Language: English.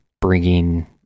bringing